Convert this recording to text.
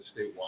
statewide